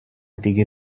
دیگه